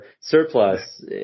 surplus